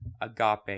agape